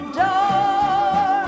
door